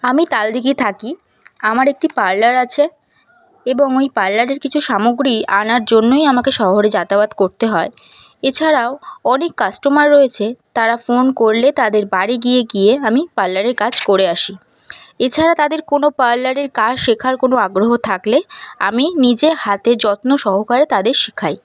আমি তাল দিঘি থাকি আমার একটি পার্লার আছে এবং ওই পার্লারের কিছু সামগ্রী আনার জন্যই আমাকে শহরে যাতায়াত করতে হয় এছাড়াও অনেক কাস্টমার রয়েছে তারা ফোন করলে তাদের বাড়ি গিয়ে গিয়ে আমি পার্লারের কাজ করে আসি এছাড়া তাদের কোনো পার্লারের কাজ শেখার কোনো আগ্রহ থাকলে আমি নিজের হাতে যত্ন সহকারে তাদের শেখাই